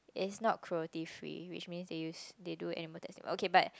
is not cruelty free which mean is they do animal testing okay but